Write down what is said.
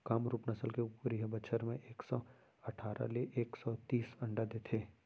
कामरूप नसल के कुकरी ह बछर म एक सौ अठारा ले एक सौ तीस अंडा देथे